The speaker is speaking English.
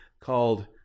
called